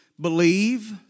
believe